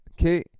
Okay